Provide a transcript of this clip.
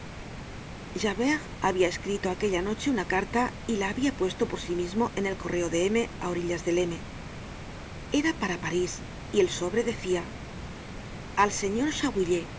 dientes javert habia escrito aquella noche una carta y la habia puesto por sí mismo en el correo de m á orillas del m era para parís y el sobre decia al señor chabouillet